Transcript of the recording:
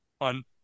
on